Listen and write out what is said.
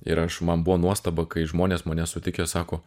ir aš man buvo nuostaba kai žmonės mane sutikę sako